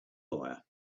lawyer